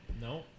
No